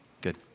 good